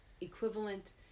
equivalent